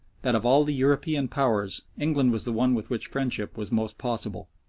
that of all the european powers england was the one with which friendship was most possible.